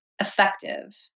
effective